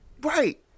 right